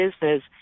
business